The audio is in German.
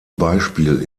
beispiel